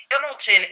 Hamilton